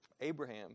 Abraham